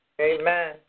Amen